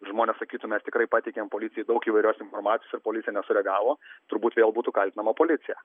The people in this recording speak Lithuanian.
žmonės sakytų mes tikrai pateikėm policijai daug įvairios informacijos ir policija nesureagavo turbūt vėl būtų kaltinama policija